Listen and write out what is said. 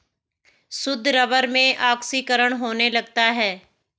शुद्ध रबर में ऑक्सीकरण होने लगता है